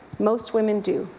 most women do.